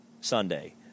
Sunday